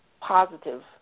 positive